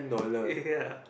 ya